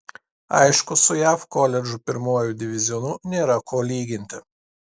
aišku su jav koledžų pirmuoju divizionu nėra ko lyginti